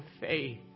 faith